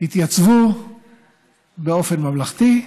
התייצבו באופן ממלכתי,